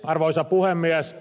arvoisa puhemies